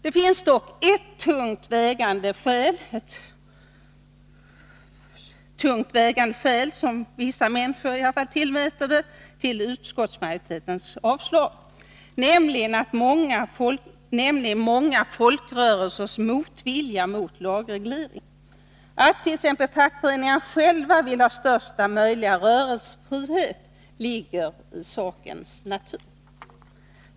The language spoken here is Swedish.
Det finns dock ett tungt vägande skäl — åtminstone anser vissa människor att det är det — till utskottsmajoritetens avstyrkande, nämligen många folkrörelsers motvilja mot lagreglering. fackföreningarna själva vill ha största möjliga rörelsefrihet ligger i sakens natur.